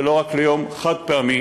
ולא רק יום חד-פעמי,